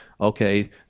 okay